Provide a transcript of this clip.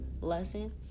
lesson